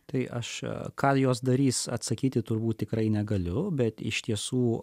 tai aš ką jos darys atsakyti turbūt tikrai negaliu bet iš tiesų